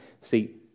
See